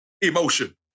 Emotion